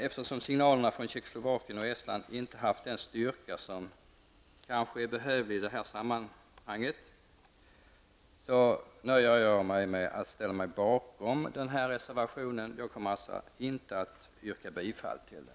Eftersom signalerna från Tjeckoslovakien och Estland inte har haft den styrka som kanske är behövlig i det här sammanhanget, nöjer jag mig med att ställa mig bakom reservationen till detta betänkande. Jag kommer alltså inte att yrka bifall till den.